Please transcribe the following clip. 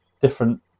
different